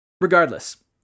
Regardless